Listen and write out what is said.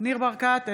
ניר ברקת,